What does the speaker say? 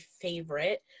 favorite